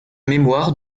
mémoire